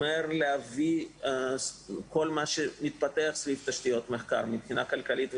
להביא כל מה שמתפתח סביב תשתיות המחקר מבחינה כלכלית.